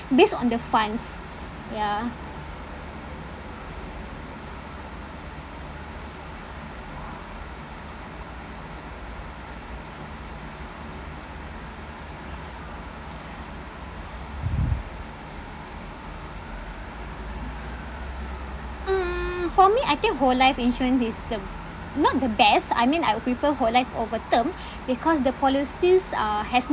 based on the funds ya mm for me I think whole life insurance is the not the best I mean I would prefer whole life over term because the policies uh has